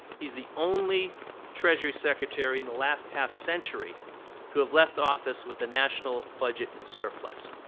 he's the only treasury secretary in the last half century to have left office with the national budget in surplus.